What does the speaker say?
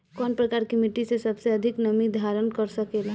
कौन प्रकार की मिट्टी सबसे अधिक नमी धारण कर सकेला?